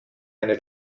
eine